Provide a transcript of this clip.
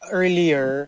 earlier